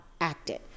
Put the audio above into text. acted